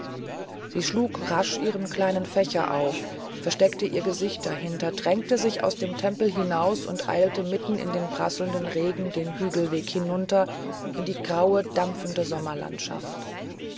sie schlug rasch ihren kleinen fächer auf versteckte ihr gesicht dahinter drängte sich aus dem tempel hinaus und eilte mitten in den prasselnden regen den hügelweg hinunter in die graue dampfende